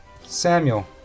Samuel